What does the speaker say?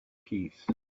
peace